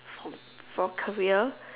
for for career